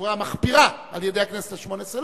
בצורה מחפירה על-ידי הכנסת השמונה-עשרה.